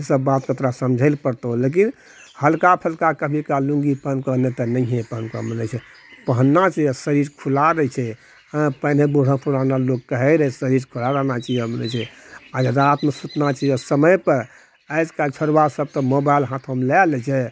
सभ बातकऽ तोरा समझय लऽ पड़तौ लेकिन हल्का फुल्का कभी काल लुङ्गी पहिनतौ नहि तऽ नहिए पहिनतौ पहनना चाहिए शरीर खुला रहय छै हँ पहिले बूढ़ो पुराना लोक कहि रहै शरीर खुला रहना चाहिए आर रातमऽ सुतना चाहिए समय पर आइकल्हि छौड़बासभ मोबाइल हाथोमऽ लै लय छै